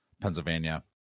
Pennsylvania